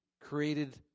created